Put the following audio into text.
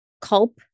Culp